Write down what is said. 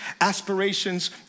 aspirations